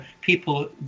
people